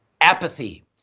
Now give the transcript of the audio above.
Apathy